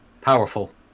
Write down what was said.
Powerful